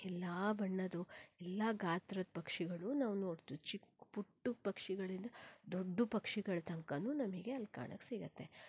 ಎಲ್ಲ ಬಣ್ಣದ್ದು ಎಲ್ಲ ಗಾತ್ರದ್ದು ಪಕ್ಷಿಗಳು ನಾವು ನೋಡ್ತೀವಿ ಚಿಕ್ಕ ಪುಟ್ಟ ಪಕ್ಷಿಗಳಿಂದ ದೊಡ್ಡ ಪಕ್ಷಿಗಳ ತನಕಾನು ನಮಗೆ ಅಲ್ಲಿ ಕಾಣಕ್ಕೆ ಸಿಗತ್ತೆ